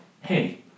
hey